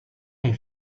est